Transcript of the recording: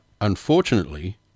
unfortunately